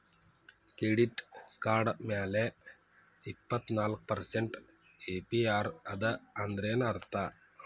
Credit card ಮ್ಯಾಲೆ ಇಪ್ಪತ್ನಾಲ್ಕ್ percent APR ಅದ ಅಂದ್ರೇನ್ ಅರ್ಥ?